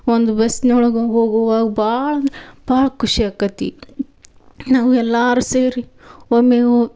ಒಂದು ಬಸ್ನೊಳಗೆ ಹೋಗುವಾಗ ಭಾಳಂದ್ರ್ ಭಾಳ ಖುಷಿ ಆಕ್ಕತಿ ನಾವು ಎಲ್ಲರೂ ಸೇರಿ ಒಮ್ಮೆಯೂ